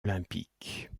olympique